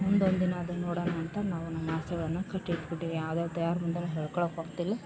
ಮುಂದೊಂದು ದಿನ ಅದನ್ನು ನೋಡೋಣಾಂತ ನಾವು ನಮ್ಮ ಆಸೆಗಳನ್ನು ಕಟ್ಟಿಟ್ಟು ಬಿಟ್ಟಿವಿ ಯಾರ ಮುಂದೇ ಹೇಳ್ಕೊಳ್ಳೊಕೆ ಹೋಗ್ತಿಲ್ಲ